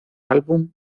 álbum